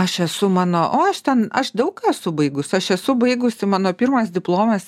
aš esu mano o aš ten aš daug esu baigus aš esu baigusi mano pirmas diplomas